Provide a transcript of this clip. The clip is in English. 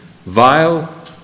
vile